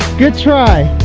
good try!